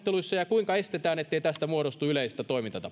kuinka estetään ettei tästä muodostu yleistä toimintatapaa